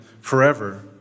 forever